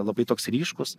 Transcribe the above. labai toks ryškus